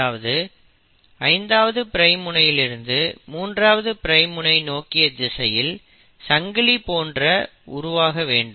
அதாவது 5ஆவது பிரைம் முனையிலிருந்து 3ஆவது பிரைம் முனை நோக்கிய திசையில் சங்கிலி போன்று உருவாக வேண்டும்